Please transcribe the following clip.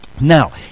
Now